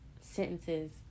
sentences